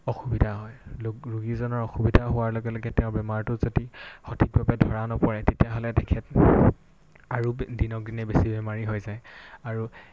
অসুবিধা হয় লো ৰোগীজনৰ অসুবিধা হোৱাৰ লগে লগে তেওঁ বেমাৰটো যদি সঠিকভাৱে ধৰা নপৰে তেতিয়াহ'লে তেখেত আৰু দিনক দিনে বেছি বেমাৰী হৈ যায় আৰু